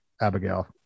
Abigail